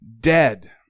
dead